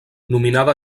nominada